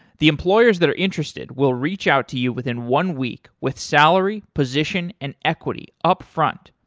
the employers that are interested will reach out to you within one week with salary, position and equity upfront.